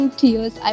tears